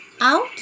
out